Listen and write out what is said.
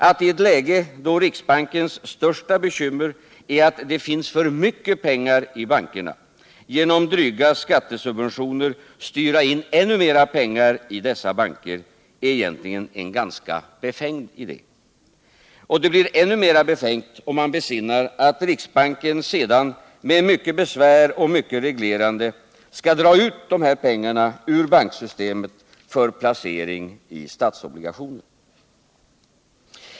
Att i ett läge då riksbankens största bekymmer är att det finns för mycket pengar i bankerna genom dryga skattesubventioner styra in ännu mera pengar i dessa banker är egentligen en ganska befängd idé. Den blir ännu mera befängd om man besinnar att riksbanken sedan med mycket besvär och mycket reglerande skall dra ut de här pengarna ur banksystemet för placering i statsobligationer.